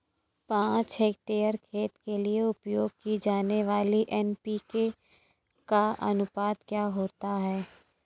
पाँच हेक्टेयर खेत के लिए उपयोग की जाने वाली एन.पी.के का अनुपात क्या होता है?